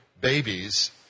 babies